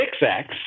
6X